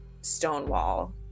stonewall